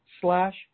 slash